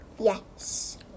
Yes